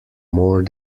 more